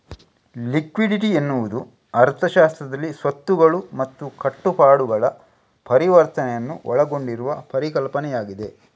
liquidity ಎನ್ನುವುದು ಅರ್ಥಶಾಸ್ತ್ರದಲ್ಲಿ ಸ್ವತ್ತುಗಳು ಮತ್ತು ಕಟ್ಟುಪಾಡುಗಳ ಪರಿವರ್ತನೆಯನ್ನು ಒಳಗೊಂಡಿರುವ ಪರಿಕಲ್ಪನೆಯಾಗಿದೆ